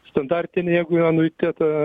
standartinį jeigu anuitetą